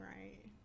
right